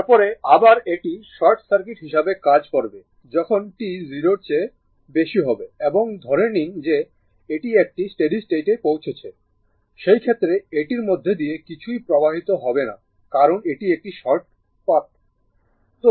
তারপরে আবার এটি শর্ট সার্কিট হিসাবে কাজ করবে যখন t 0 এর বেশি হবে এবং ধরে নিন যে এটি একটি স্টেডি স্টেটে পৌঁছেছে সেই ক্ষেত্রে এটির মধ্য দিয়ে কিছুই প্রবাহিত হবে না কারণ এটি একটি শর্ট সার্কিট পথ